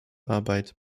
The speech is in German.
arbeit